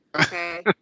okay